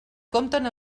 compten